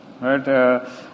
right